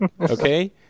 Okay